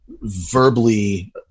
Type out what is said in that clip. verbally